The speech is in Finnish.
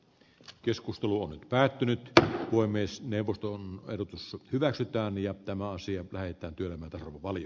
keskustelu on päättynyt tai puhemiesneuvoston ehdotus hyväksytään ja tämä asia näyttäytyä mätäsahovalli